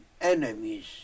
Enemies